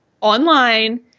online